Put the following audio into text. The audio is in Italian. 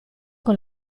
con